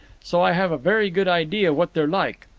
so i have a very good idea what they're like.